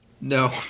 No